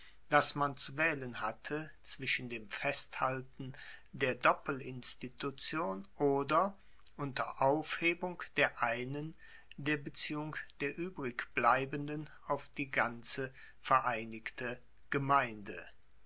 dass man zu waehlen hatte zwischen dem festhalten der doppelinstitution oder unter aufhebung der einen der beziehung der uebrigbleibenden auf die ganze vereinigte gemeinde